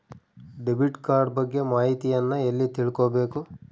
Debit card ಬಗ್ಗೆ ಮಾಹಿತಿಯನ್ನ ಎಲ್ಲಿ ತಿಳ್ಕೊಬೇಕು?